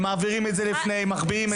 הם מביאים את זה לפני, מחביאים את זה.